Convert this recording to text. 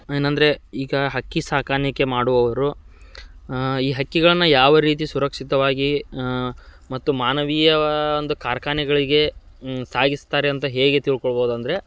ಏನೆಂದ್ರೆ ಈಗ ಹಕ್ಕಿ ಸಾಕಾಣಿಕೆ ಮಾಡುವವರು ಈ ಹಕ್ಕಿಗಳನ್ನು ಯಾವ ರೀತಿ ಸುರಕ್ಷಿತವಾಗಿ ಮತ್ತು ಮಾನವೀಯ ಒಂದು ಕಾರ್ಖಾನೆಗಳಿಗೆ ಸಾಗಿಸ್ತಾರೆ ಅಂತ ಹೇಗೆ ತಿಳ್ಕೊಳ್ಬೋದಂದರೆ